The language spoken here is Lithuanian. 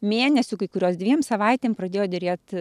mėnesiu kai kurios dviem savaitėm pradėjo derėti